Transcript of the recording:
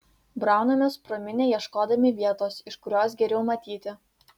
braunamės pro minią ieškodami vietos iš kurios geriau matyti